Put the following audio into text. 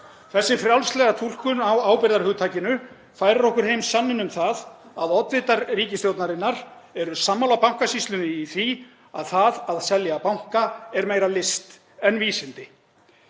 Þessi frjálslega túlkun á ábyrgðarhugtakinu færir okkur heim sanninn um það að oddvitar ríkisstjórnarinnar eru sammála Bankasýslunni í því að það að selja banka er meira list en vísindi,